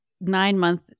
nine-month